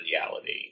reality